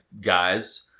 guys